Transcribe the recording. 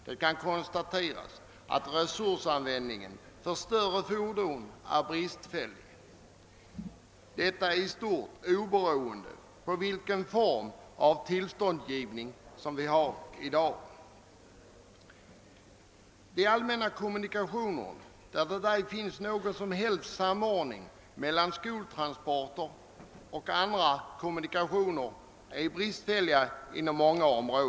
Det kan konstateras att resursanvändningen för större fordon är bristfällig, detta i stort sett beroende på den form av tillståndsgivning som vi har i dag för de allmänna kommunikationerna, där det ej finns någon som helst samordning mellan skoltransporter och allmänna kommunikationer.